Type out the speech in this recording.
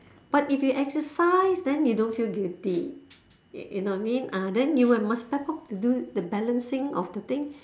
but if you exercise then you don't feel guilty you know what I mean ah then you must step up to do the balancing of the thing